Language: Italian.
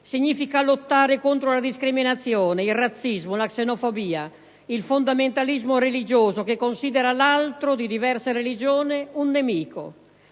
Significa lottare contro la discriminazione, il razzismo, la xenobia, il fondamentalismo religioso che considera l'altro di diversa religione un nemico;